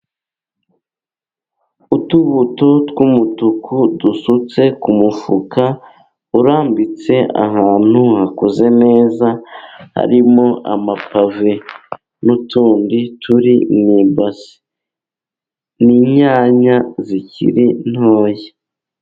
Utubuto tw'umutuku, dusutse ku mufuka urambitse ahantu hakoze neza harimo amapave, n'utundi turi mu ibase ni inyanya zikiri ntoya.